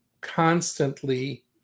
constantly